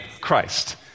Christ